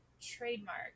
trademark